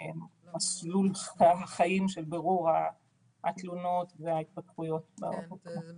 מסלול חיים של בירור התלונות וההתפתחויות --- זו